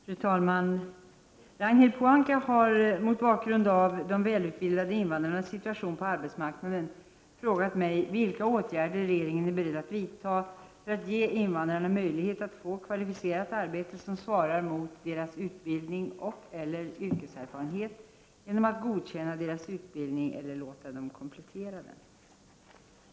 Fru talman! Ragnhild Pohanka har — mot bakgrund av de välutbildade invandrarnas situation på arbetsmarknaden — frågat mig vilka åtgärder regeringen är beredd att vidta för att ge invandrarna möjlighet att få kvalificerat arbete som svarar mot deras utbildning och/eller yrkeserfarenhet genom att godkänna deras utbildning eller låta dem komplettera den.